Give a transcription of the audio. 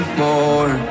more